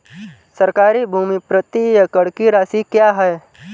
सरकारी भूमि प्रति एकड़ की राशि क्या है?